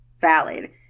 valid